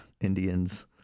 Indians